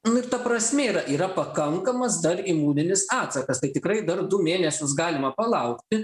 ir ta prasmė yra yra pakankamas dar imuninis atsakas tai tikrai dar du mėnesius galima palaukti